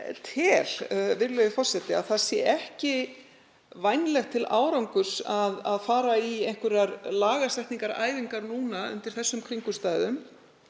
virðulegi forseti, að það sé ekki vænlegt til árangurs að fara í einhverjar lagasetningaræfingar núna undir þessum kringumstæðum